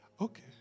Okay